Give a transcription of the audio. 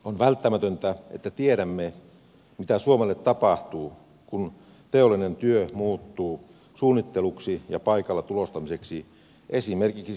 on välttämätöntä että tiedämme mitä suomelle tapahtuu kun teollinen työ muuttuu suunnitteluksi ja paikalla tulostamiseksi esimerkiksi